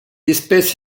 espèce